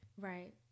Right